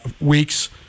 weeks